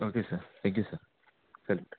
okay sir thank you sir sir